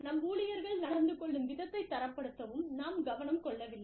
நம் ஊழியர்கள் நடந்துகொள்ளும் விதத்தை தரப்படுத்தவும் நாம் கவன கொள்ளவில்லை